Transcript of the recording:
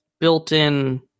built-in